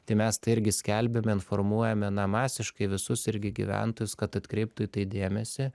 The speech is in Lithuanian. tai mes tai irgi skelbiame informuojame na masiškai visus irgi gyventojus kad atkreiptų į tai dėmesį